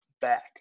back